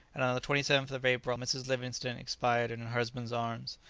and on the twenty seventh of april mrs. livingstone expired in her husband's arms.